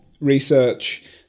research